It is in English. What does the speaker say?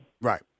Right